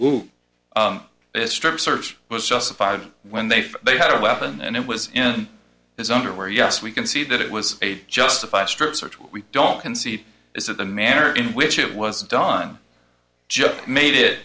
is strip search was justified when they felt they had a weapon and it was in his underwear yes we can see that it was a justified strip search what we don't concede is that the manner in which it was done just made it